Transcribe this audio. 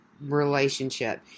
relationship